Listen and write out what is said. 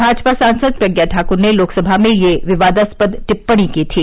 भाजपा सांसद प्रज्ञा ठाक्र ने लोकसभा में यह विवादास्पद टिप्पणी की थी